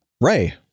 Ray